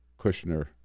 Kushner